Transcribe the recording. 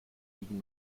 liegen